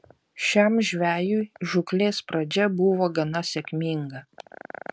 šiam žvejui žūklės pradžia buvo gana sėkminga